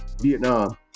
Vietnam